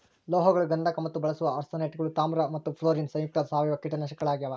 ಲೋಹಗಳು ಗಂಧಕ ಮತ್ತು ಬಳಸುವ ಆರ್ಸೆನೇಟ್ಗಳು ತಾಮ್ರ ಮತ್ತು ಫ್ಲೋರಿನ್ ಸಂಯುಕ್ತ ಸಾವಯವ ಕೀಟನಾಶಕಗಳಾಗ್ಯಾವ